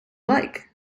like